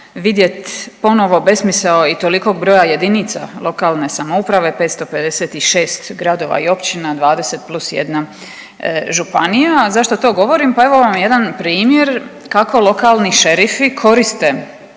vidjeti ponovo besmisao i tolikog broja jedinica lokalne samouprave 556 gradova i općina, 20 plus jedna županija. Zašto to govorim? Pa evo vam jedan primjer kako lokalni šerifi koriste